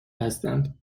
هستند